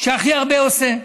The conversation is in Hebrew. שהכי הרבה עושה,